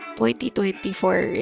2024